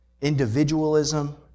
individualism